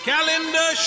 Calendar